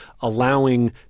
allowing